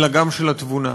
אלא גם של התבונה.